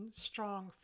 strong